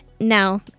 no